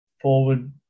forward